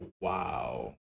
wow